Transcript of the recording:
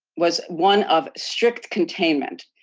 was one of strict containment.